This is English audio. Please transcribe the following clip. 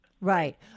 Right